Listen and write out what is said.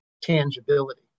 tangibility